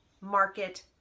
market